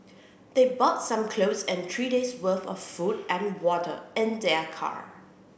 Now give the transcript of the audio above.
they brought some clothes and three days' worth of food and water in their car